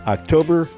October